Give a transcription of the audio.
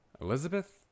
Elizabeth